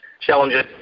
challenges